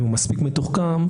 אם הוא מספיק מתוחכם,